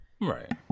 Right